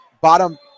bottom